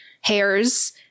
hairs